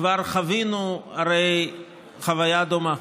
כבר חווינו הרי חוויה דומה: